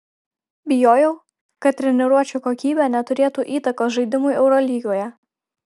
bijojau kad treniruočių kokybė neturėtų įtakos žaidimui eurolygoje